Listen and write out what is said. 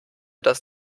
das